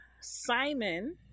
Simon